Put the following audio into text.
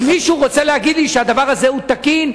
אם מישהו רוצה להגיד לי שהדבר הזה תקין,